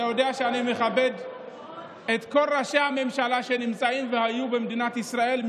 אתה יודע שאני מכבד את כל ראשי הממשלה שנמצאים והיו במדינת ישראל,